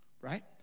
right